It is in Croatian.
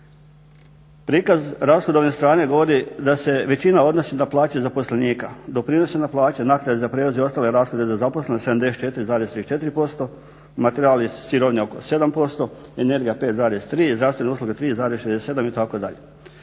Prikaz rashodovne strane govori da se većina odnosi na plaće zaposlenika, doprinose na plaće, naknade za prijevoz i ostale naknade za zaposlene 74,34%, materijal i sirovine oko 7%, energija 5,3, zdravstvene usluge 3,67 itd.